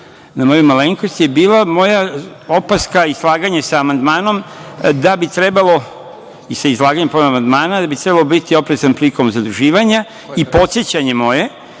na moju malenkost je bila moja opaska i slaganje sa amandmanom i sa izlaganjem po amandmanu da bi trebalo biti oprezan prilikom zaduživanja i podsećanje moje